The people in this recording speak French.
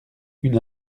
une